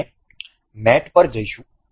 આપણે મેટ પર જઈશું